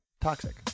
toxic